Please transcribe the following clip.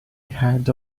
ahead